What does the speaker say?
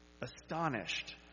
Astonished